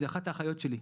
לגייס,